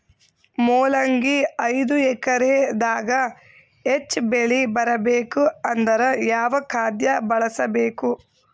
ಮೊಲಂಗಿ ಐದು ಎಕರೆ ದಾಗ ಹೆಚ್ಚ ಬೆಳಿ ಬರಬೇಕು ಅಂದರ ಯಾವ ಖಾದ್ಯ ಬಳಸಬೇಕು?